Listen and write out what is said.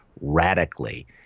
radically